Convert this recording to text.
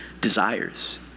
desires